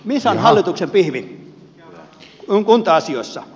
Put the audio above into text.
missä on hallituksen pihvi kunta asioissa